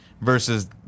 Versus